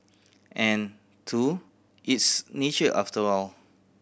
and two it's nature after all